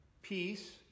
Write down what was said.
peace